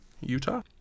Utah